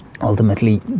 ultimately